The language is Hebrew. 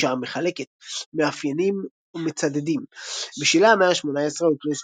הגישה המחלקת מאפיינים ומצדדים בשלהי המאה ה-18 הוטלו